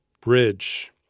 bridge